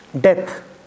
death